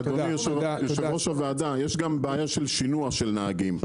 אדוני היושב-ראש, יש גם בעיה של שינוע של נהגים.